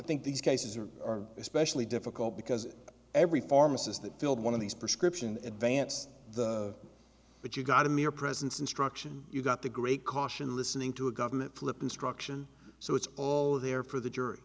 think these cases are especially difficult because every pharmacist that filled one of these prescription advance but you got a mere presence instruction you got the great caution listening to a government flip instruction so it's all there for the jury